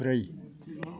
ब्रै